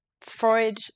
Freud